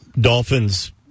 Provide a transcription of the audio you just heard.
Dolphins